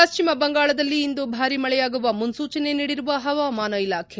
ಪಶ್ಚಿಮ ಬಂಗಾಳದಲ್ಲಿ ಇಂದು ಭಾರಿ ಮಳೆಯಾಗುವ ಮುನ್ನೂಚನೆ ನೀಡಿರುವ ಹವಾಮಾನ ಇಲಾಖೆ